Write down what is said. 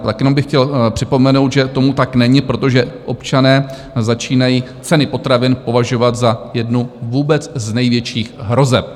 Tak jenom bych chtěl připomenout, že tomu tak není, protože občané začínají ceny potravin považovat za jednu z vůbec největších hrozeb.